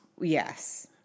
Yes